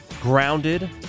grounded